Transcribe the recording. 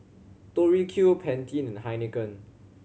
Tori Q Pantene and Heinekein